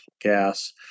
gas